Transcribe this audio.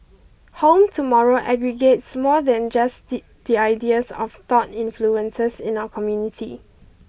Home Tomorrow aggregates more than just the the ideas of thought influences in our community